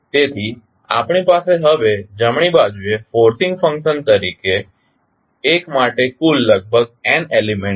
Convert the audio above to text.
તેથી આપણી પાસે હવે જમણી બાજુએ ફોર્સિંગ ફંક્શન તરીકે એક માટે કુલ લગભગ n એલિમેન્ટ છે